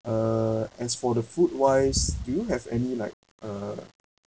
uh as for the food wise do you have any like uh